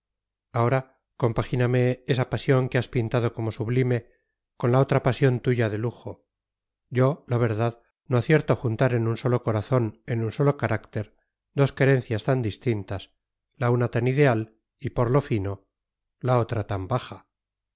al techo ahora compagíname esa pasión que has pintado como sublime con la otra pasión tuya de lujo yo la verdad no acierto a juntar en un solo corazón en un solo carácter dos querencias tan distintas la una tan ideal y por lo fino la otra tan baja